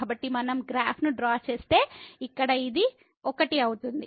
కాబట్టి మనం గ్రాఫ్ను డ్రా చేస్తే ఇక్కడ ఇది 1 అవుతుంది